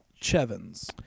Chevins